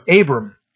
Abram